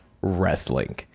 wrestling